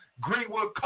Greenwood